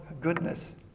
goodness